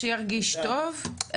שירגיש טוב.